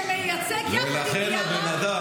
שמייצג גם את תיק מיארה,